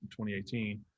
2018